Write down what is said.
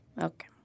Okay